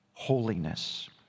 Holiness